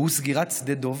והוא סגירת שדה דב,